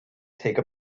take